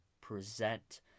present